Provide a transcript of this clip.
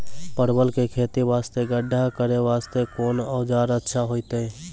परवल के खेती वास्ते गड्ढा करे वास्ते कोंन औजार अच्छा होइतै?